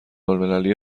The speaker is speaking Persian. المللی